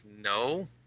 no